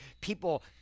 people